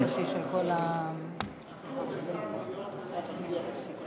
אסור לשר להיות המציע בחוק.